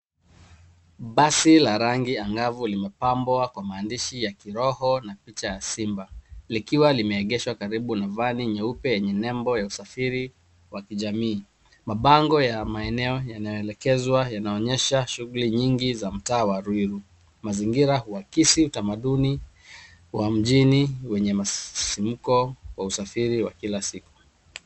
Basi ya rangi angavu limepambwa kwa maandishi ya kiroho na picha ya simba likiwa limeegeshwa karibu na vani nyeupe lenye nembo ya usafiri wa kijamii. Bango ya maelezo yanaonyesha shughuli nyingi wa mtaa wa Ruiru. Mazingira huakisi utamaduni wa mjini wenye masimko na usafiri wa Kila siku.